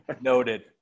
Noted